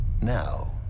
now